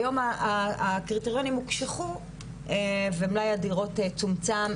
היום הקריטריונים הוקשחו ומלאי הדירות צומצם,